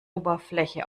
oberfläche